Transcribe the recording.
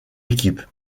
équipe